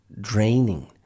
draining